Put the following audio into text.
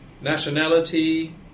nationality